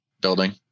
building